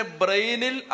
brainil